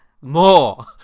more